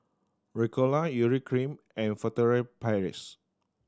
Ricola Urea Cream and Furtere Paris